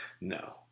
No